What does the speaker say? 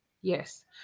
Yes